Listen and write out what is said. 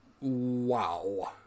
wow